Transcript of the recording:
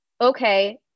okay